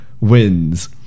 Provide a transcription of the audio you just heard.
wins